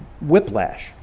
whiplash